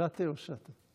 שָׁטֶה או שֶׁטֶה?